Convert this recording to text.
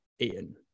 Ian